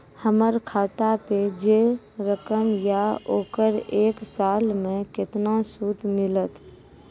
हमर खाता पे जे रकम या ओकर एक साल मे केतना सूद मिलत?